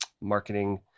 marketing